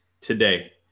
today